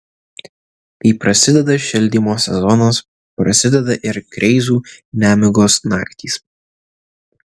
kai prasideda šildymo sezonas prasideda ir kleizų nemigos naktys